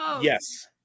Yes